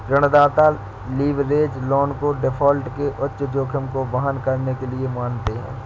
ऋणदाता leverage loan को default के उच्च जोखिम को वहन करने के लिए मानते हैं